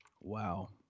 Wow